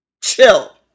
Chill